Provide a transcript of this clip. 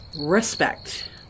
respect